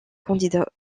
candidat